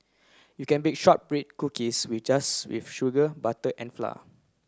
you can bake shortbread cookies we just with sugar butter and flour